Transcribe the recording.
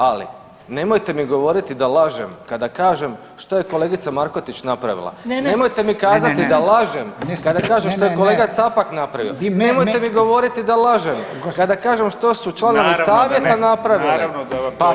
Ali, nemojte mi govoriti da lažem kada kažem što je kolegica Markotić napravila [[Upadica: Ne, ne, ne.]] [[Upadica: Ne, ne, ne.]] Nemojte mi kazati da lažem kada kažem što je kolega Capak napravio [[Upadica: Ne, ne, ne.]] Nemojte mi govoriti da lažem kada kažem što su članovi savjeta napravili [[Upadica: Naravno da je ...]] nerazumljivo/